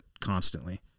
constantly